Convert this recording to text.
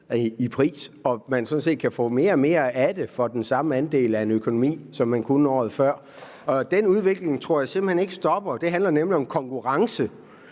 man sådan set kan få mere og mere af det for den samme andel af økonomien, end man kunne året før. Den udvikling tror jeg simpelt hen ikke stopper, og den handler netop om konkurrence.